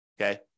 okay